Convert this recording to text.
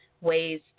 ways